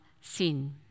sin